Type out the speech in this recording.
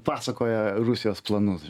pasakoja rusijos planus